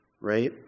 right